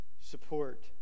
support